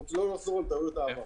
לא נחזור על טעויות העבר.